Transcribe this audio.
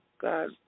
God